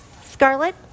Scarlet